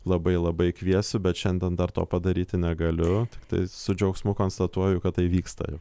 labai labai kviesiu bet šiandien dar to padaryti negaliu tai su džiaugsmu konstatuoju kad tai vyksta jau